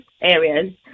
areas